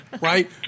right